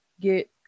get